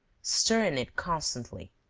stirring it constantly.